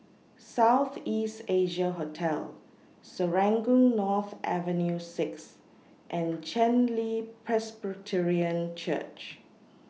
South East Asia Hotel Serangoon North Avenue six and Chen Li Presbyterian Church